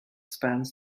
spans